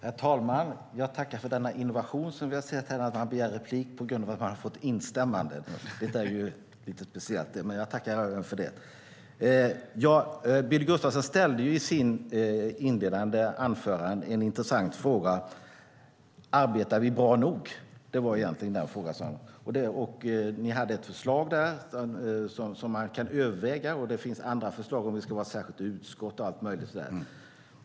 Herr talman! Jag tackar för denna innovation som vi har sett här, att Billy Gustafsson begär replik på grund av att han har fått instämmanden. Detta är ju lite speciellt, men jag tackar honom för det. Billy Gustafsson ställde i sitt inledande anförande en intressant fråga: Arbetar vi bra nog? Ni har ett förslag som man kan överväga, och det finns andra förslag om att det kanske ska vara ett särskilt utskott.